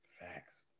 Facts